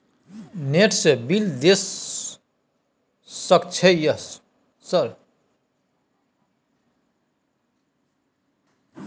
Net से bill देश सक छै यह सर?